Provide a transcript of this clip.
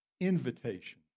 invitation